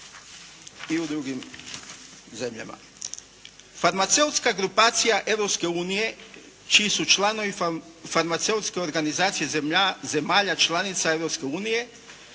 i u drugim zemljama. Farmaceutska grupacija Europske unije čiji su članovi farmaceutske organizacije zemalja članica